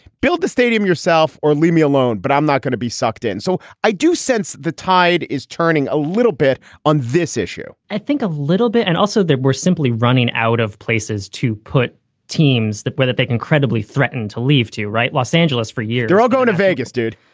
build the stadium yourself or leave me alone. but i'm not going to be sucked in. so i do sense the tide is turning a little bit on this issue i think a little bit. and also there were simply running out of places to put teams that whether they can credibly threaten to leave to right los angeles for a year, they're all going to vegas, dude.